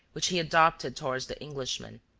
which he adopted toward the englishman.